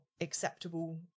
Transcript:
acceptable